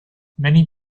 many